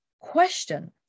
question